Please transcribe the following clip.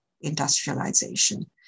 industrialization